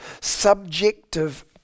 subjective